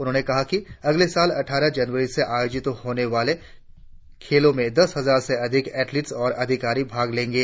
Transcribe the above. उन्होंने कहा कि अगले साल अटठारह जनवरी से आयोजित होने वाले खेलों में दस हजार से अधिक एथलीट और अधिकारी भाग लेंगे